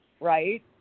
right